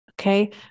Okay